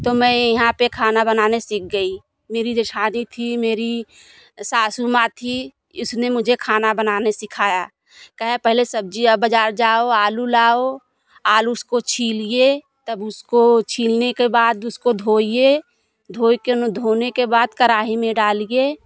तो मैं यहाँ पे खाना बनाने सीख गई मेरी जो जेठानी थी मेरी सासू माँ थी उसने मुझे खाना बनाने सिखाया कहे पहले सब्जियाँ बाजार जाओ आलू लाओ आलू को छीलिए तब उसको छीलने के बाद उसको धोइए धोई कनो धोने के बाद कराही में डालिए